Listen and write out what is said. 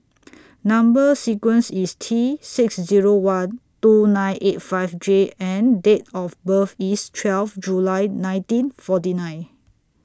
Number sequence IS T six Zero one two nine eight five J and Date of birth IS twelve July nineteen forty nine